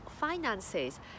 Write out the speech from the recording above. finances